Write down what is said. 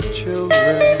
children